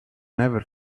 never